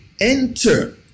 enter